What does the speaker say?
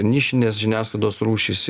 nišinės žiniasklaidos rūšys